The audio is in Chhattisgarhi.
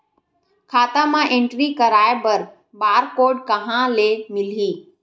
खाता म एंट्री कराय बर बार कोड कहां ले मिलही?